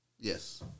Yes